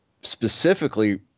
specifically